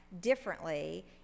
differently